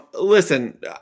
Listen